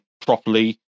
properly